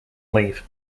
leave